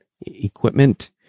equipment